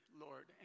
Lord